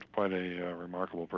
quite a yeah remarkable but